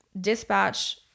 Dispatch